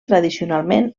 tradicionalment